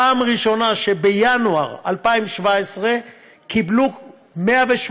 פעם ראשונה שבינואר 2017 קיבלו 108